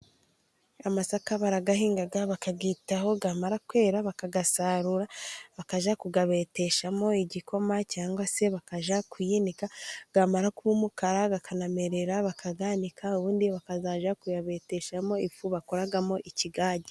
Amasaka barayahiga, bakayitaho. Yamara kwera bakayasarura, bakajya kuyabeteshamo igikoma, cyangwa se bakajya kuyinika. Yamara kuba umukara akanamerera, bakayanika. Ubundi bakazajya kuyabeteshamo ifu bakoramo ikigage.